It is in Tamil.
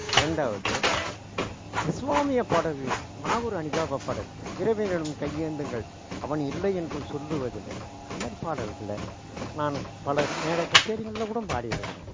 இரண்டாவது இஸ்லாமிய பாடல்கள் நாகூர் அனிபா பா பாடல் இறைவனிடம் கையேந்துங்கள் அவன் இல்லை என்று சொல்லுவதில்லை அந்த மாதிரி பாடல்களை நான் பல மேடை கச்சேரிங்களில் கூடம் பாடி இருக்கிறேன்